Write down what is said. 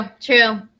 true